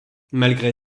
malgré